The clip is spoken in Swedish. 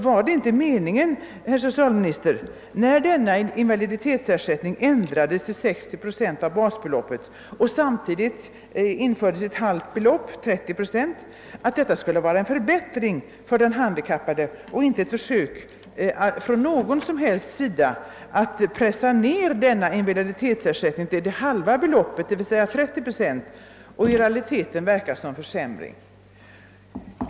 Var det inte meningen, herr socialminister, att när invaliditetsersättningen ändrades till 60 procent av basbeloppet samtidigt som halvt belopp infördes, d. v. s. 30 procent, skulle detta vara en förbättring för den handikappade? Det skulle väl inte innebära en inbjudan att i möjligaste mån pressa ned invaliditetsersättningen till halva beloppet och därigenom i realiteten verka som en försämring.